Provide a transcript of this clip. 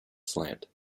slant